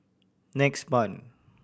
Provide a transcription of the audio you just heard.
next month